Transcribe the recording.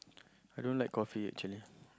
I don't like coffee actually